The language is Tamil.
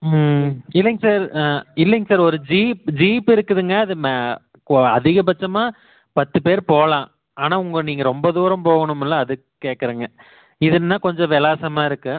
ம் இல்லைங்க சார் ஆ இல்லைங்க சார் ஒரு ஜீப் ஜீப்பு இருக்குதுங்க அது அதிகப்பட்சமாக பத்து பேர் போகலாம் ஆனால் உங்கள் நீங்க ரொம்ப தூரம் போகணுமுல்ல அதுக்கு கேட்குறேங்க இதுன்னா கொஞ்சம் விலாசமா இருக்கும்